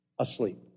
asleep